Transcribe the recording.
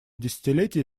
десятилетие